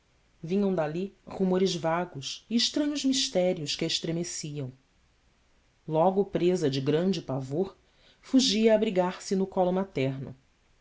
vinham dali rumores vagos e estranhos mistérios que